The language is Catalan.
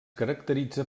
caracteritza